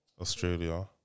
Australia